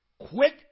Quit